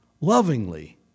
lovingly